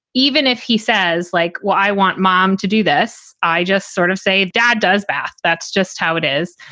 even if he says, like what? i want mom to do this. i just sort of say, dad does bath. that's just how it is.